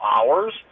hours